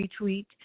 retweet